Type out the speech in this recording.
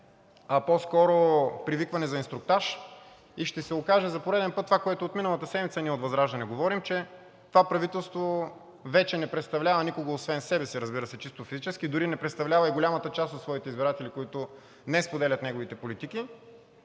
а по-скоро привикване за инструктаж и ще се окаже за пореден път това, което от миналата седмица, ние от ВЪЗРАЖДАНЕ говорим, че това правителство вече не представлява никого освен себе си, разбира се, чисто физически дори не представлява и голямата част от своите избиратели, които не споделят неговите политики,